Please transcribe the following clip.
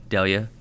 Delia